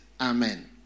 Amen